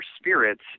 spirits